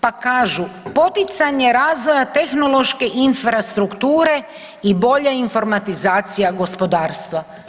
Pa kažu poticanje razvoja tehnološke infrastrukture i bolja informatizacija gospodarstva.